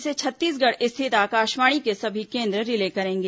इसे छत्तीसगढ़ स्थित आकाशवाणी के सभी केंद्र रिले करेंगे